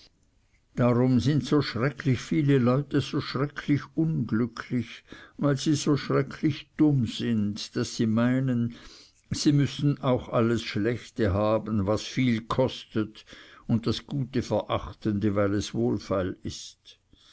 darum sind so schrecklich viele leute so schrecklich unglücklich dieweil sie so schrecklich dumm sind daß sie meinen sie müßten auch alles schlechte haben was viel kostet und das gute verachten dieweil es wohlfeil ist